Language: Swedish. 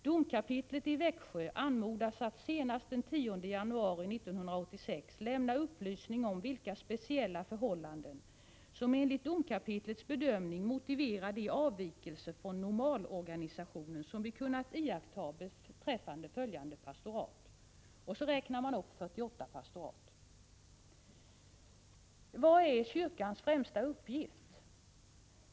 ——— Domkapitlet i Växjö anmodas att senast den 10 januari 1986 lämna upplysning om vilka speciella förhållanden som enligt domkapitlets bedömning motiverar de avvikelser från normalorganisationen som vi kunnat iaktta beträffande följande pastorat.” Så räknar man upp 48 pastorat. Vilken är kyrkans främsta uppgift?